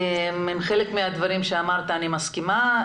עם חלק מהדברים שאמרת, אני מסכימה.